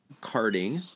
carting